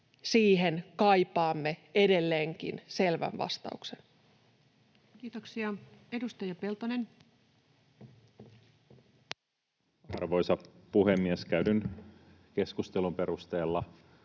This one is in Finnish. Siihen kaipaamme edelleenkin selvää vastausta. Kiitoksia. — Edustaja Peltonen. Arvoisa puhemies! Käydyn keskustelun perusteella